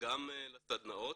גם לגבי הסדנאות,